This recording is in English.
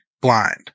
blind